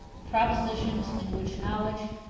the propositions, in which knowledge,